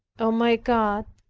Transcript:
o my god,